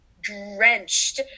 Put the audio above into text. Drenched